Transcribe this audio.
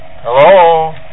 Hello